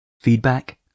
Feedback